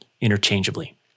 interchangeably